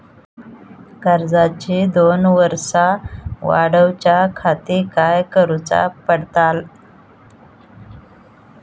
कर्जाची दोन वर्सा वाढवच्याखाती काय करुचा पडताला?